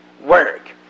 work